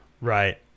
Right